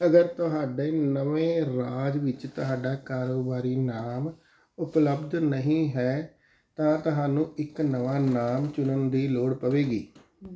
ਅਗਰ ਤੁਹਾਡੇ ਨਵੇਂ ਰਾਜ ਵਿੱਚ ਤੁਹਾਡਾ ਕਾਰੋਬਾਰੀ ਨਾਮ ਉਪਲਬਧ ਨਹੀਂ ਹੈ ਤਾਂ ਤੁਹਾਨੂੰ ਇੱਕ ਨਵਾਂ ਨਾਮ ਚੁਣਨ ਦੀ ਲੋੜ ਪਵੇਗੀ